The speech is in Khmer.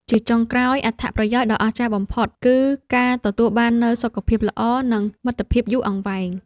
ជាចុងក្រោយ អត្ថប្រយោជន៍ដ៏អស្ចារ្យបំផុត គឺការទទួលបាននូវ សុខភាពល្អ និងមិត្តភាពយូរអង្វែង។